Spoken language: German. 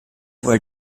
wurde